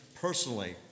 personally